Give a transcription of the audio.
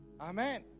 Amen